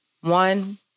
one